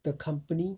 the company